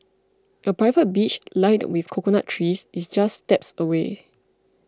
a private beach lined with coconut trees is just steps away